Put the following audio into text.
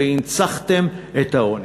והנצחתם את העוני.